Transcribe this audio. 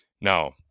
now